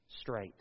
straight